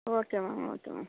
okay ma'am okay ma'am